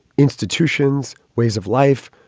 institutions, ways of life,